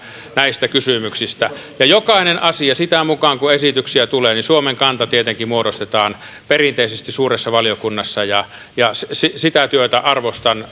näistä kysymyksistä ja jokaisessa asiassa sitä mukaa kuin esityksiä tulee suomen kanta tietenkin muodostetaan perinteisesti suuressa valiokunnassa sitä työtä arvostan